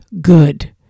good